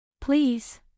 Please